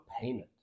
payment